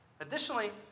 Additionally